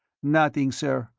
nothing, sir.